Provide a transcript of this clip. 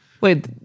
Wait